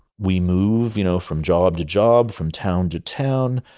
we move you know from job to job, from town to town.